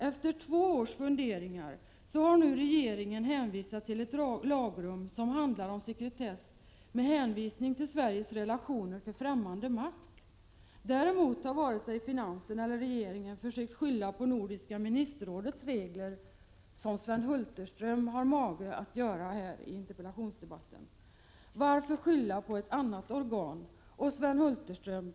Efter två års funderingar har nu regeringen hänvisat till ett lagrum som handlar om sekretess, då det gäller Sveriges relationer till främmande makt. Däremot har varken finansdepartementet eller regeringen försökt skylla på Nordiska ministerrådets regler, som Sven Hulterström har mage att göra här i interpellationsdebatten. Varför skyller han på ett annat organ?